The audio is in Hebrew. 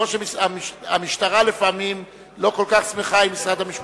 כמו שהמשטרה לפעמים לא כל כך שמחה עם משרד המשפטים.